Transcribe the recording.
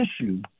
issue